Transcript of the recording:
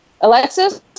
Alexis